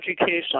education